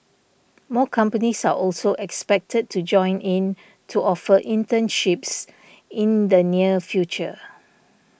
more companies are also expected to join in to offer internships in the near future